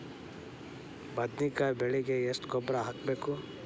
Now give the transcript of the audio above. ಬದ್ನಿಕಾಯಿ ಬೆಳಿಗೆ ಎಷ್ಟ ಗೊಬ್ಬರ ಹಾಕ್ಬೇಕು?